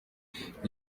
diyasipora